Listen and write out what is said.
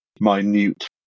minute